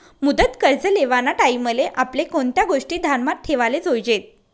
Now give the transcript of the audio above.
मुदत कर्ज लेवाना टाईमले आपले कोणत्या गोष्टी ध्यानमा ठेवाले जोयजेत